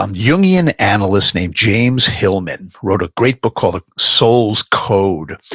um jungian analyst named james hillman, wrote a great book called the soul's code,